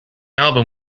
album